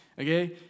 okay